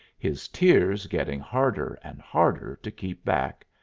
his tears getting harder and harder to keep back,